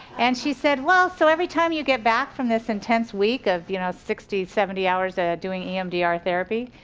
and she said, well so every time you get back from this intense week of you know sixty seventy hours of ah doing emdr therapy,